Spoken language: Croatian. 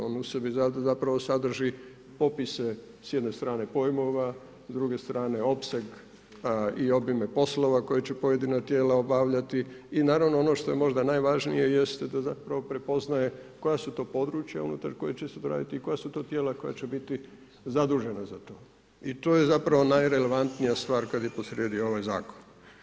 On u sebi zapravo sadrži popise, s jedne strane pojmova, druge strane opseg i obime poslova koje će pojedina tijela obavljati i naravno, ono što je možda najvažnije, jest da zapravo prepoznaje koja su to područja unutar koje će se odraditi i koja su to tijela koja će biti zadužena za to i to je zapravo najrelevantnija stvar kad je posrijedi ovaj Zakon.